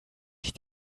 sich